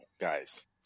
guys